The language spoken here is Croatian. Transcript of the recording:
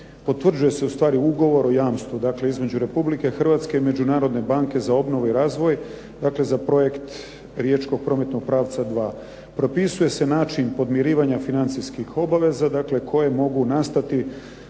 potvrđuje se zapravo ugovor o jamstvu dakle, između Republike Hrvatske i Međunarodne banke za obnovu i razvoj dakle, za projekt Riječkog prometnog pravca 2. Propisuje se način podmirivanja financijskih obaveza dakle koje mogu nastati